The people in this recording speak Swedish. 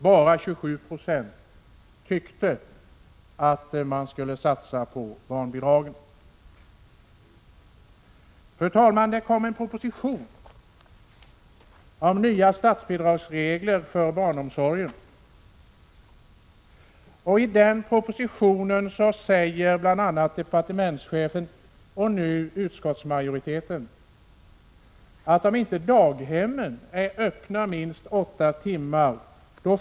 Endast 27 96 tyckte att man skulle satsa på barnbidragen. Fru talman! Det kom en proposition om nya statsbidragsregler för barnomsorgen. I den propositionen säger departementschefen bl.a. att daghemmen inte skall få några statsbidrag om de inte håller öppet minst åtta timmar om dagen.